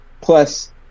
Plus –